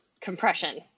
compression